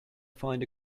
find